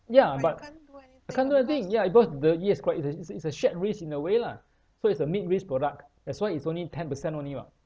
ya but I can't do anything ya because the yes correct it's a shared risk in a way lah so it's a mid risk product that's why it's only ten percent only [what]